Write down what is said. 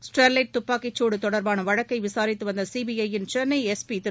Sterlite துப்பாக்கிச்சூடு தொடர்பான வழக்கை விசாரித்து வந்த சிபிஐ யின் சென்னை எஸ் பி திரு